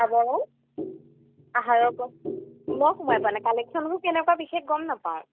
আবৰণ ময়ো সোমাই পোৱা নাই কালেকশ্যনবোৰ কেনেকুৱা বিশেষ গম নেপাওঁ